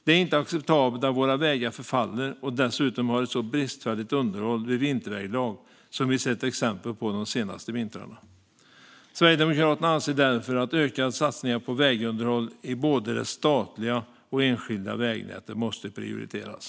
Det är inte acceptabelt att våra vägar förfaller och dessutom har ett så bristfälligt underhåll vid vinterväglag som vi sett exempel på de senaste vintrarna. Sverigedemokraterna anser därför att ökade satsningar på vägunderhåll i både det statliga och det enskilda vägnätet måste prioriteras.